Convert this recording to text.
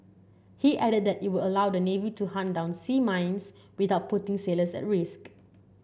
he added that it will allow the navy to hunt down sea mines without putting sailors at risk